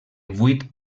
vuit